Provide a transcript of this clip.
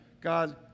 God